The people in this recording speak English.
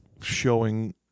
showing